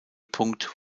punkt